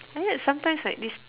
sometimes like this